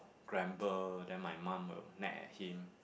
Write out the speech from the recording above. gamble then my mum will nag at him